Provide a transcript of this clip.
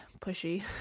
pushy